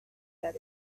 that